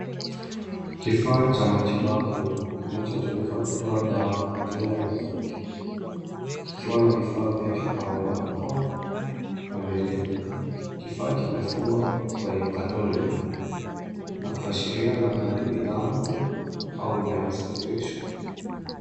Kifaa cha matibabu kinachotumika kutoa dawa kwa njia ya mvuke kikiwa na vifaa vyake kama barakoa na mirija. Kifaa kimefungwa kwenye carton na kuashiria labda ni bidhaa mpya au inayosafirishwa.